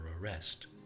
arrest